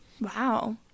Wow